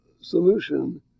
solution